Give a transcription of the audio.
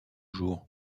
jours